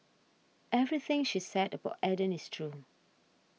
everything she said about Eden is true